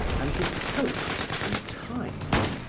and his coat was too tight.